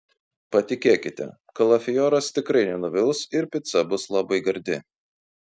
patikėkite kalafioras tikrai nenuvils ir pica bus labai gardi